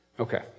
Okay